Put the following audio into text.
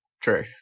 True